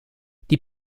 die